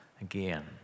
again